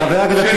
שלא לחודש,